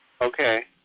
Okay